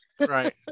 right